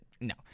No